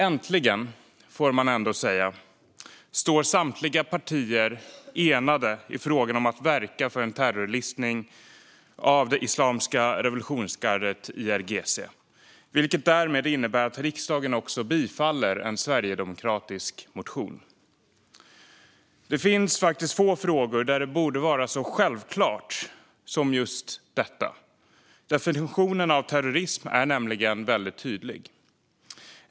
Äntligen - det får man ändå säga - står samtliga partier enade i fråga om att verka för en terrorlistning av Islamiska revolutionsgardet, IRGC. Det innebär därmed att riksdagen kommer att bifalla en sverigedemokratisk motion. Det finns få frågor där det borde vara så självklart som i detta fall. Definitionen av terrorism är nämligen väldigt tydlig.